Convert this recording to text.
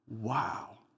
wow